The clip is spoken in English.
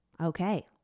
Okay